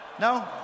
No